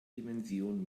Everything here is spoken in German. dimension